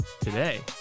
Today